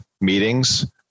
meetings